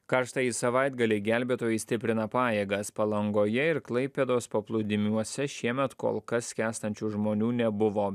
karštąjį savaitgalį gelbėtojai stiprina pajėgas palangoje ir klaipėdos paplūdimiuose šiemet kol kas skęstančių žmonių nebuvo